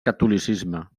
catolicisme